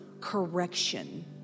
correction